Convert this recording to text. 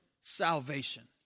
Salvation